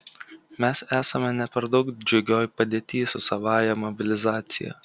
mes esame ne per daug džiugioj padėty su savąja mobilizacija